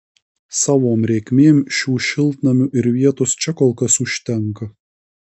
savom reikmėm šių šiltnamių ir vietos čia kol kas užtenka